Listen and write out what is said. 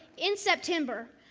in september,